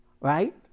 right